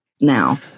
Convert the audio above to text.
Now